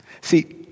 See